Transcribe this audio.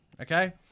okay